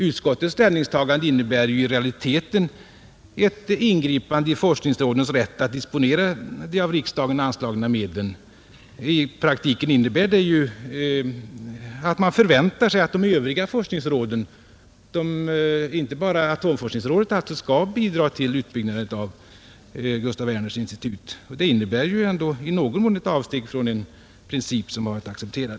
Utskottets ställningstagande innebär ju i realiteten ett ingripande i forskningsrådens rätt att disponera de av riksdagen anslagna medlen. I praktiken innebär det att man förväntar sig att de övriga forskningsråden, alltså inte bara atomforskningsrådet, skall bidra till utbyggnaden av Gustaf Werners institut. Det innebär ändå i någon mån ett avsteg från en princip som varit accepterad.